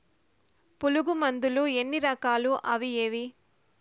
పులుగు మందులు ఎన్ని రకాలు అవి ఏవి?